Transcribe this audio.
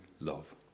love